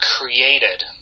created